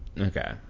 okay